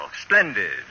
Splendid